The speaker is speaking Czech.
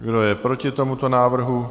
Kdo je proti tomuto návrhu?